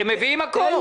הם מביאים מקור.